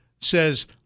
Says